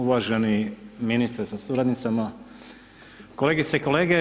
Uvaženi ministre sa suradnicama, kolegice i kolege.